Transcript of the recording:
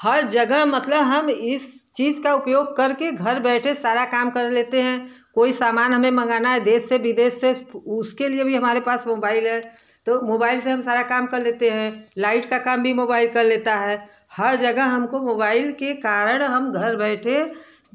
हर जगह मतलब हम इस चीज़ का उपयोग करके घर बैठे सारा काम कर लेते हैं कोई सामना हमें मंगाना है देश से विदेश से उसके लिए भी हमारे पास मोबाइल है तो तो मोबाइल से हम सारा काम कर लेते हैं लाइट का काम भी मोबाइल कर लेता है हर जगह हमको मोबाइल के कारण हम घर बैठे